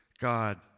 God